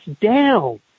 down